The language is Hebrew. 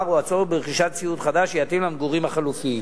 או הצורך ברכישת ציוד חדש שיתאים למגורים החלופיים.